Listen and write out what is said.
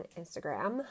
Instagram